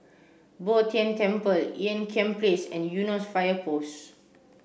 Bo Tien Temple Ean Kiam Place and Eunos Fire Post